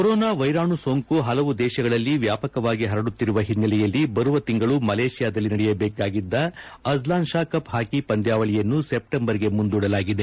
corona ವ್ವೆರಾಣು ಸೋಂಕು ಹಲವು ದೇಶಗಳಲ್ಲಿ ವ್ಯಾಪಕವಾಗಿ ಹರಡುತ್ತಿರುವ ಹಿನ್ನೆಲೆಯಲ್ಲಿ ಬರುವ ತಿಂಗಳು ಮಲೇಷ್ಯಾದಲ್ಲಿ ನಡೆಯಬೇಕಾಗಿದ್ದ ಅಜ್ಲಾನ್ ಶಾ ಕಪ್ ಹಾಕಿ ಪಂದ್ಯಾವಳಿಯನ್ನು ಸೆಪ್ಸೆಂಬರ್ಗೆ ಮುಂದೂಡಲಾಗಿದೆ